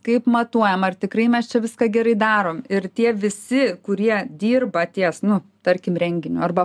kaip matuojama ar tikrai mes čia viską gerai darom ir tie visi kurie dirba ties nu tarkim renginiu arba